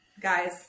Guys